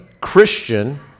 Christian